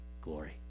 glory